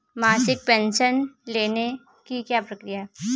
मासिक पेंशन लेने की क्या प्रक्रिया है?